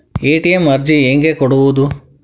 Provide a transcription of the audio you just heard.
ATM ಅರ್ಜಿ ಹೆಂಗೆ ಕೊಡುವುದು?